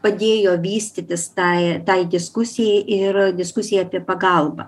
padėjo vystytis tai tai diskusijai ir diskusijai apie pagalbą